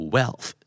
Wealth